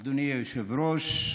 אדוני היושב-ראש,